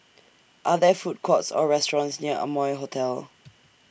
Are There Food Courts Or restaurants near Amoy Hotel